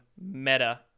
Meta